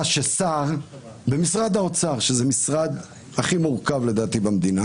ששר במשרד האוצר שלדעתי הוא משרד הכי מורכב במדינה